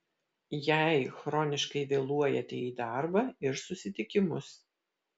jei chroniškai vėluojate į darbą ir susitikimus